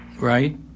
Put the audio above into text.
Right